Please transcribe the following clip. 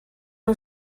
nhw